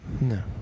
No